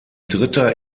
dritter